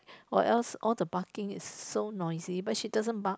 what else all the barking is so noisy but she doesn't bark